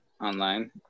Online